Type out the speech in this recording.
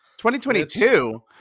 2022